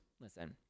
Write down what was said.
Listen